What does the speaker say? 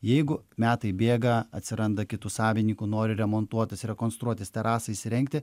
jeigu metai bėga atsiranda kitų savininkų nori remontuotis rekonstruotis terasą įsirengti